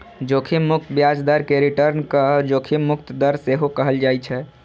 जोखिम मुक्त ब्याज दर कें रिटर्नक जोखिम मुक्त दर सेहो कहल जाइ छै